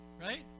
Right